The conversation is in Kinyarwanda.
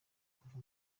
kuva